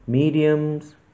mediums